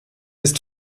ist